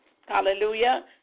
Hallelujah